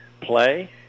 play